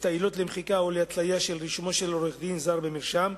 את העילות למחיקה או להתליה של רישומו של עורך-דין זר במרשם,